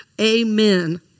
Amen